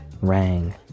rang